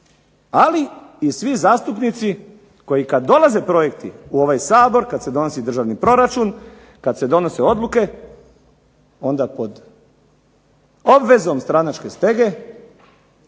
ali i svi zastupnici koji kad dolaze projekti u ovaj Sabor, kad se donosi državni proračun, kad se donose odluke onda pod obvezom stranačke stege